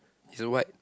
is a white